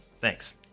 Thanks